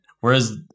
Whereas